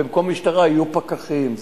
שבמקום משטרה יהיו פקחים.